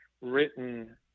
written